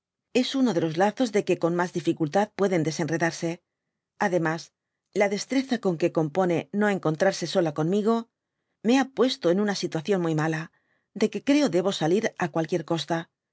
intóresantfs ni anuncian suceso alguno dby google con mas dificultad pueden deseiuredaric ad mas la destreza con qae compone no encontrane sola conmigo me ha puesto ea una situación muy mala de que creo debo salir á qualcraíer costa